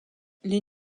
les